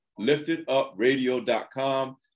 liftedupradio.com